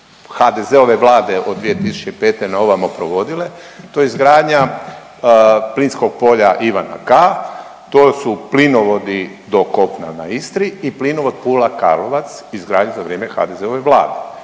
HDZ-ove vlade od 2005. na ovamo provodile to je izgradnja plinskog polja Ivana K, to su plinovodi do kopna na Istri i plinovod Pula Karlovac izgrađen za vrijeme HDZ-ove vlade